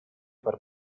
per